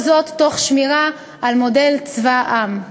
וכל זאת תוך שמירה על מודל צבא העם.